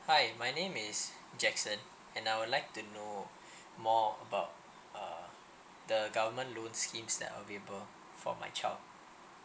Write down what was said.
hi my name is jackson and I would like to know more about uh the government loan schemes that available for my child